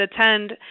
attend